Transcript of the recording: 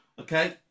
okay